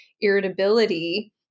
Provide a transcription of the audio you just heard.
irritability